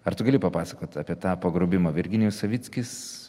ar tu gali papasakot apie tą pagrobimą virginijus savickis